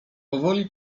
powoli